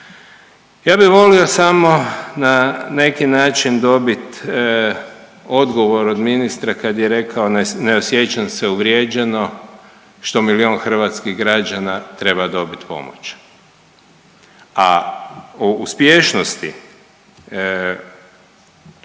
Ja bi volio samo na neki način dobit odgovor od ministra kad je rekao ne osjećam se uvrijeđeno što milijun hrvatskih građana treba dobit pomoć. A o uspješnosti